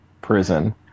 prison